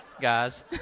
guys